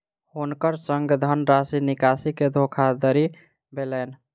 हुनकर संग धनराशि निकासी के धोखादड़ी भेलैन